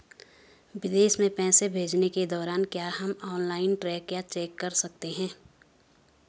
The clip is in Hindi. विदेश में पैसे भेजने के दौरान क्या हम ऑनलाइन ट्रैक या चेक कर सकते हैं?